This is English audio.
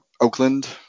oakland